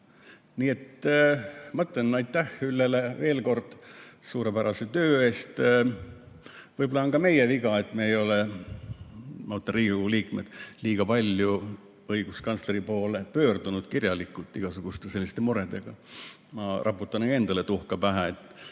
Nii et ma ütlen veel kord aitäh Üllele suurepärase töö eest. Võib-olla on ka meie viga, et me ei ole –ma mõtlen Riigikogu liikmeid – liiga palju õiguskantsleri poole pöördunud kirjalikult igasuguste selliste muredega. Ma raputan ka endale tuhka pähe, et